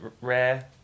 rare